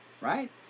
Right